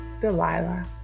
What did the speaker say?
Delilah